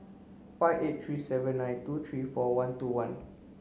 five eight three seven nine two three four two one